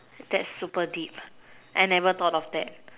that's super deep I never thought of that